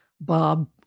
Bob